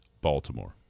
Baltimore